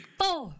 four